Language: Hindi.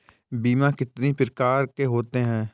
बीमा कितनी प्रकार के होते हैं?